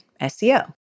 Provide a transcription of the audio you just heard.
SEO